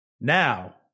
Now